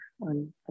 on